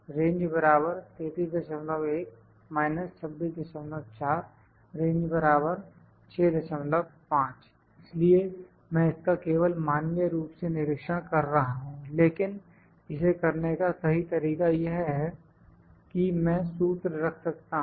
range 331 - 264 range 65 इसलिए मैं इसका केवल मानवीय रूप से निरीक्षण कर रहा हूं लेकिन इसे करने का सही तरीका यह है कि मैं सूत्र रख सकता हूं